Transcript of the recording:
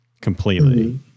completely